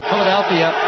Philadelphia